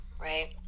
right